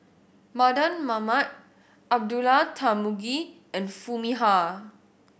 Mardan Mamat Abdullah Tarmugi and Foo Mee Har